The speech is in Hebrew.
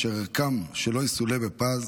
אשר ערכם לא יסולא בפז,